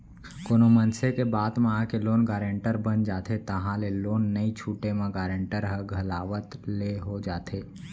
कोनो मनसे के बात म आके लोन गारेंटर बन जाथे ताहले लोन नइ छूटे म गारेंटर ह घलावत ले हो जाथे